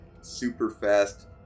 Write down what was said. super-fast